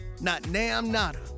Not-Nam-Nada